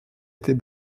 était